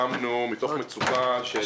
אנחנו